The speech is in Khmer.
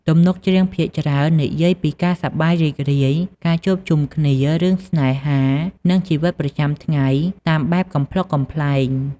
ទំនុកច្រៀងភាគច្រើននិយាយពីការសប្បាយរីករាយ ការជួបជុំគ្នា រឿងស្នេហា និងជីវិតប្រចាំថ្ងៃតាមបែបកំប្លុកកំប្លែង។